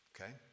okay